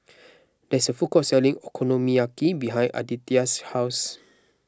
there is a food court selling Okonomiyaki behind Aditya's house